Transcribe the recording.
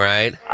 Right